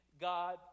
God